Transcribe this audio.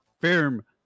firm